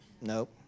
Nope